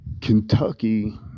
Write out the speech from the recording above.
Kentucky